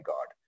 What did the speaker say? God